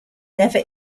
never